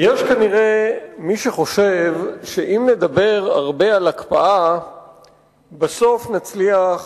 יש כנראה מי שחושב שאם נדבר הרבה על הקפאה בסוף נצליח